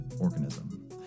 organism